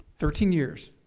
thirteen years.